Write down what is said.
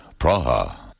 Praha